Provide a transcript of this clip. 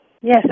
Yes